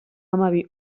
hamabi